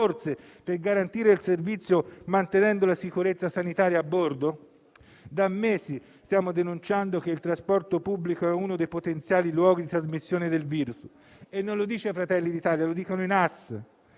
risorse, per garantire il servizio, mantenendo la sicurezza sanitaria a bordo. Da mesi stiamo denunciando che il trasporto pubblico è uno dei potenziali luoghi di trasmissione del virus e non lo dice Fratelli d'Italia, ma i Nuclei